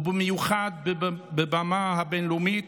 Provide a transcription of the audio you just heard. ובמיוחד בבמה הבין-לאומית,